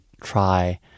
try